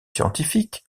scientifiques